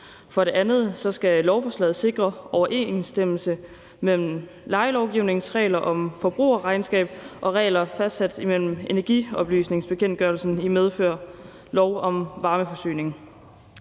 For det andet skal lovforslaget sikre overensstemmelse mellem lejelovgivningens regler om forbrugerregnskab og regler fastsat i energioplysningsbekendtgørelsen i medfør af lov om varmeforsyning.